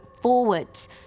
forwards